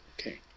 Okay